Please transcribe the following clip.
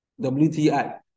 WTI